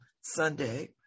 Sunday